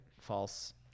False